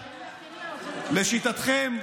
לשיטתכם,